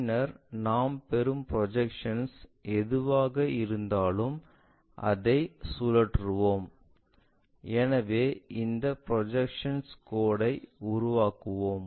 பின்னர் நாம் பெறும் ப்ரொஜெக்ஷன் எதுவாக இருந்தாலும் அதை சுழற்றுவோம் எனவே இந்த ப்ரொஜெக்ஷன் கோடு ஐ உருவாக்குவோம்